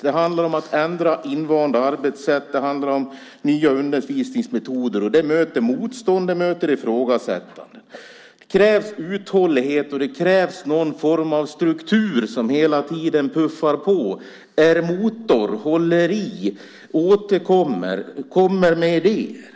Det handlar om att ändra invanda arbetssätt, och det handlar om nya undervisningsmetoder. Det möter motstånd och ifrågasättanden. Det krävs en uthållighet, och det krävs någon form av struktur - något som liksom hela tiden puffar på, är en motor, håller i, återkommer och kommer med idéer.